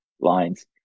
lines